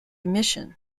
emission